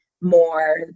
more